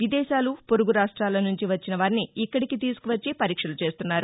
విదేశాలు పొరుగు రాష్టాల నుంచి వచ్చిన వారిని ఇక్కడికి తీసుకువచ్చి పరీక్షలు చేస్తున్నారు